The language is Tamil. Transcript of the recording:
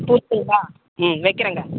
புரியுதாங்களா ம் வக்கிறேங்க